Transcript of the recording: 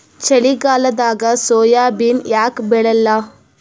ಚಳಿಗಾಲದಾಗ ಸೋಯಾಬಿನ ಯಾಕ ಬೆಳ್ಯಾಲ?